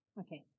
Okay